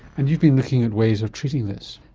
and you've been looking at ways of treating this.